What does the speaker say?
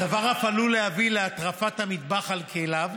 הדבר אף עלול להביא להטרפת המטבח על כליו,